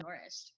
Nourished